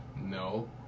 No